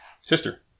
Sister